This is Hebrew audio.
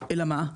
אלא מה?